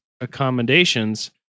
accommodations